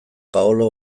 paolo